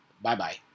bye-bye